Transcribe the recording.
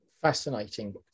Fascinating